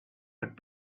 had